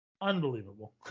unbelievable